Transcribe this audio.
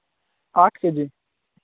आठ के जी